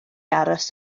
aros